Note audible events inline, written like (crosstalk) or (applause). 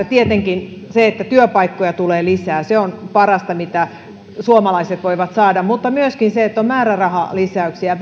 (unintelligible) tietenkin se että työpaikkoja tulee lisää se on parasta mitä suomalaiset voivat saada mutta myöskin se että on määrärahalisäyksiä (unintelligible)